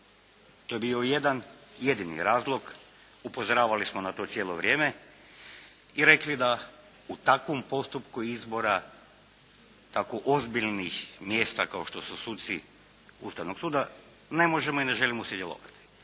To je bio jedan jedini razloga. Upozoravali smo na to cijelo vrijeme i rekli da u takvom postupku izbora tako ozbiljnih mjesta kao što su suci Ustavnog suda ne možemo i ne želimo sudjelovati.